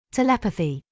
Telepathy